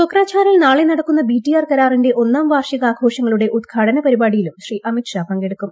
കൊക്രജാറിൽ നാളെ നടക്കുന്ന B T R കരാറിന്റെ ഒന്നാം വാർഷികാഘോഷങ്ങളുടെ ഉദ്ഘാടന പരിപാടിയിലും ശ്രീ അമിത്ഷാ പങ്കെടുക്കും